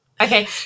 Okay